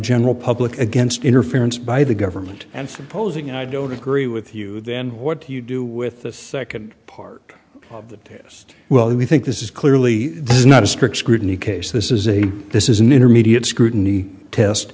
general public against interference by the government and supposing i don't agree with you then what do you do with the third part of the test well we think this is clearly this is not a strict scrutiny case this is a this is an intermediate scrutiny test